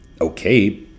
okay